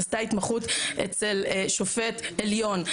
עשתה התמחות אצל שופט עליון.